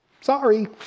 sorry